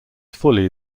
fully